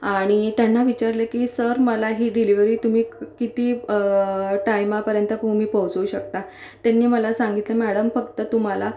आणि त्यांना विचारलं की सर मला ही डिलेवरी तुम्ही क् किती टायमापर्यंत तुम्ही पोहचवू शकता त्यांनी मला सांगितलं मॅडम फक्त तुम्हाला